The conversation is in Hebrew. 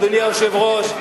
אדוני היושב-ראש,